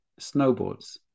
snowboards